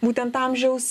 būtent amžiaus